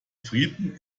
frieden